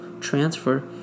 transfer